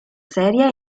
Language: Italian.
serie